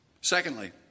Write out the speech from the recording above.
Secondly